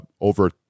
over